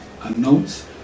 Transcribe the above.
announce